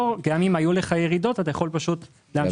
פה גם אם היו לך ירידות אתה יכול פשוט להמשיך